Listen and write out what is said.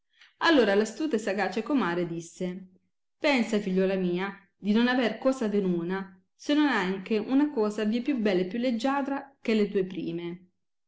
allora l astuta e sagace comare disse pensa figliuola mia di non aver cosa veruna se non hai anche una cosa vie più bella e più leggiadra che le due prime